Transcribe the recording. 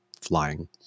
flying